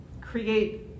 create